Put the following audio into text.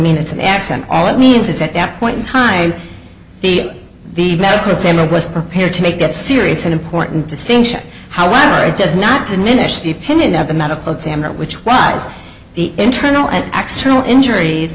mean it's an accent all it means is at that point in time the the medical examiner was prepared to make that serious and important distinction however it does not diminish the opinion of the medical examiner which was the internal and external injuries